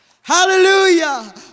hallelujah